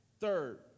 Third